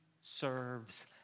serves